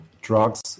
drugs